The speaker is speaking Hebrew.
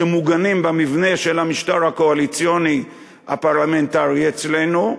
שמוגנים במבנה של המשטר הקואליציוני הפרלמנטרי אצלנו.